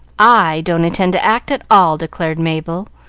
i don't intend to act at all! declared mabel,